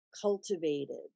cultivated